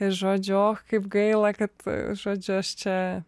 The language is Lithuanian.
žodžiu och kaip gaila kad žodžiu aš čia